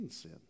sin